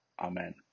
Amen